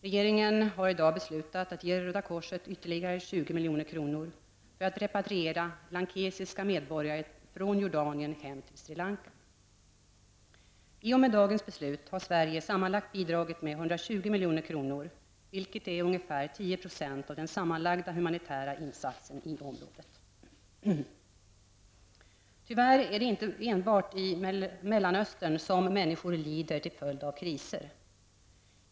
Regeringen har i dag beslutat ge Röda korset ytterligare 20 milj.kr. för att repatriera lankesiska medborgare från Jordanien hem till Sri Lanka. I och med dagens beslut har Sverige sammanlagt bidragit med 120 milj.kr. vilket är ungefär 10 % av den sammanlagda humanitära insatsen i området. Tyvärr är det inte enbart i Mellanöstern som människor lider till följd av kriser.